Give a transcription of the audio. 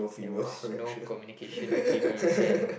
there was no communication with females and